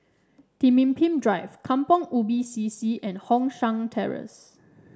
Pemimpin Drive Kampong Ubi C C and Hong San Terrace